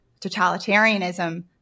totalitarianism